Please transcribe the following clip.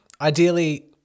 ideally